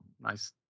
nice